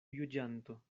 juĝanto